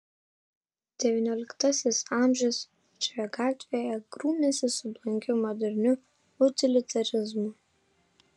devynioliktasis amžius šioje gatvėje grūmėsi su blankiu moderniu utilitarizmu